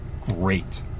great